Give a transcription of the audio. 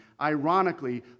ironically